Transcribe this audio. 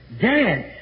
Dad